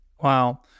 Wow